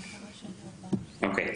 בבקשה.